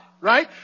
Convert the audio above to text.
right